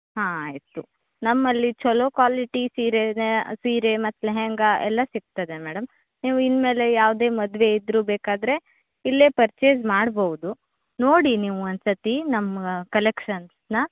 ಹಾಂ ಆಯಿತು ನಮ್ಮಲ್ಲಿ ಛಲೋ ಕ್ವಾಲಿಟಿ ಸೀರೆ ಇದೆ ಸೀರೆ ಮತ್ತು ಲೆಹೆಂಗಾ ಎಲ್ಲ ಸಿಗ್ತದೆ ಮೇಡಮ್ ನೀವು ಇನ್ನುಮೇಲೆ ಯಾವುದೇ ಮದುವೆ ಇದ್ದರೂ ಬೇಕಾದರೆ ಇಲ್ಲೇ ಪರ್ಚೇಸ್ ಮಾಡ್ಬೌದು ನೋಡಿ ನೀವು ಒಂದು ಸರ್ತಿ ನಮ್ಮ ಕಲೆಕ್ಷನ್ಸನ್ನ